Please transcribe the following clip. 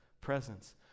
presence